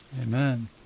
Amen